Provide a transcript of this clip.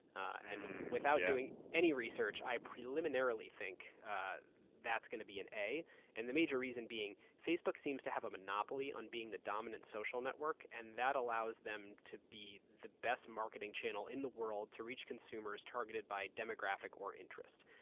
and without doing any research, i preliminarily think that's going to be an a and the major reason being facebook seems to have a monopoly on being the dominant social network. and that allows them to be the best marketing channel in the world to reach consumers targeted by demographic or interest.